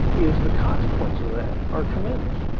is the consequence of that are tremendous.